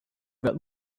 that